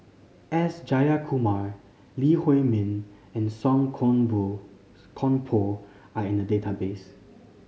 S Jayakumar Lee Huei Min and Song Koon Poh Koon Poh are in the database